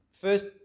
first